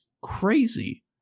crazy